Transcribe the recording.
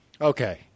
okay